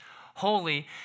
holy